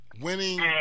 Winning